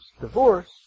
divorce